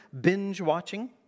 binge-watching